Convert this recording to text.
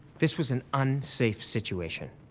this was an unsafe situation?